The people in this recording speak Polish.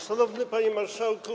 Szanowny Panie Marszałku!